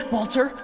Walter